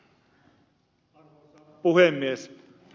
arvoisa puhemies